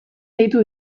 deitu